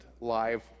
live